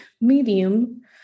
medium